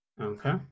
Okay